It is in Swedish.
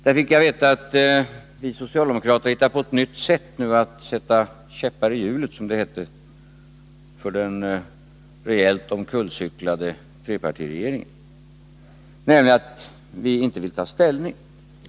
Där fick jag veta att vi socialdemokrater hittat på en ny metod att sätta käppar i hjulen — som det hette — för den rejält omkullcyklade trepartiregeringen, nämligen att vi inte vill ta ställning.